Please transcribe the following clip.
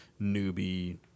newbie